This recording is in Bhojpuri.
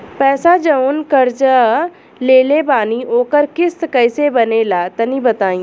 पैसा जऊन कर्जा लेले बानी ओकर किश्त कइसे बनेला तनी बताव?